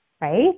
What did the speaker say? Right